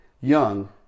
young